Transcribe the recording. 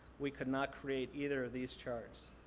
we could not create either of these charts.